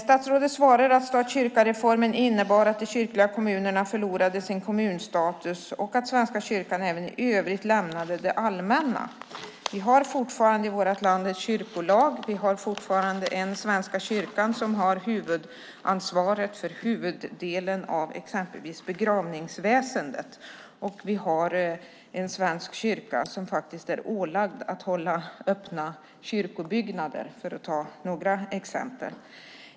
Statsrådet svarar att stat-kyrka-reformen innebar att de kyrkliga kommunerna förlorade sin kommunstatus och att Svenska kyrkan även i övrigt lämnade det allmänna. Vi har fortfarande en kyrkolag i vårt land, Svenska kyrkan har fortfarande huvudansvaret för till exempel huvuddelen av begravningsväsendet och vi har en svensk kyrka som faktiskt är ålagd att hålla öppna kyrkobyggnader, för att ta några exempel.